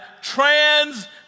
trans-